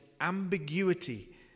ambiguity